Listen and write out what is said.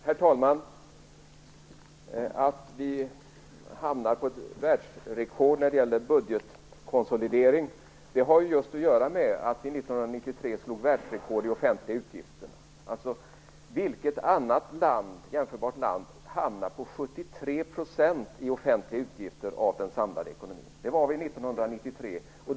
Herr talman! Att vi slår världsrekord i budgetkonsolidering har att göra med att vi 1993 slog världsrekord i offentliga utgifter. Vilket annat jämförbart land har offentliga utgifter som uppgår till 73 % av den samlade ekonomin? Så var det 1993.